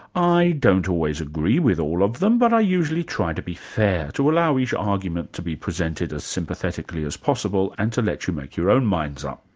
i don't always agree with all of them, but i usually try to be fair, to allow each argument to be presented as sympathetically as possible and to let you make your own minds up.